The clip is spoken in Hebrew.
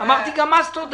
אמרתי גם אז תודה.